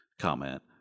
comment